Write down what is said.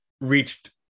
reached